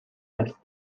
است